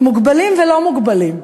מוגבלים ולא מוגבלים.